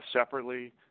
separately